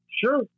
Sure